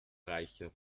reicher